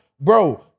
bro